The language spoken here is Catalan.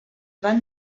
van